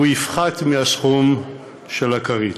הוא יופחת מסכום הכרית.